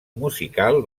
musical